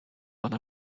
ona